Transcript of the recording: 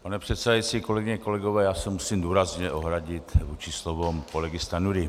Pane předsedající, kolegyně, kolegové, já se musím důrazně ohradit vůči slovům kolegy Stanjury.